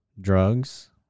drugs